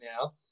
now